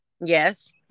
Yes